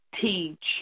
teach